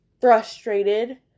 frustrated